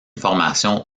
formation